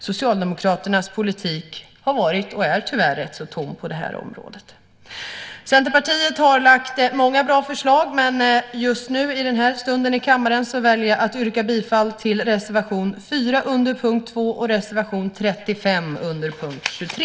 Socialdemokraternas politik har varit och är tyvärr rätt så tom på det här området. Centerpartiet har lagt fram många bra förslag, men just nu i kammaren väljer jag att yrka bifall till reservation 4 under punkt 2 och reservation 35 under punkt 23.